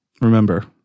remember